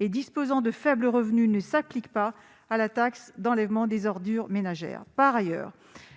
et disposant de faibles revenus ne s'appliquent pas à la taxe d'enlèvement des ordures ménagères. Par ailleurs,